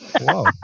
wow